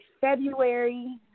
February